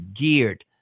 geared